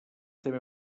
també